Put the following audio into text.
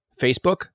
Facebook